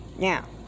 Now